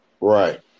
Right